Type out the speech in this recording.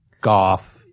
golf